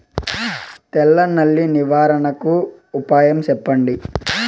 తెల్ల నల్లి నివారణకు ఉపాయం చెప్పండి?